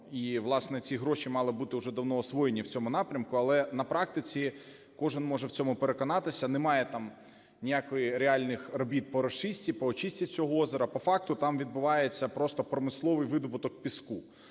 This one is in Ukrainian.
і, власне, ці гроші мали бути вже давно освоєні в цьому напрямку. Але на практиці, кожен може в цьому переконатися, немає там ніяких реальних робіт по розчистці, по очистці цього озера, по факту, там відбувається просто промисловий видобуток піску,